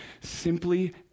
simply